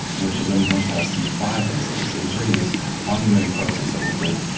which is when we launched our c five instance. it was really this ongoing process of offload.